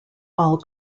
all